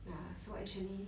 so actually